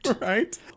Right